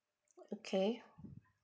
okay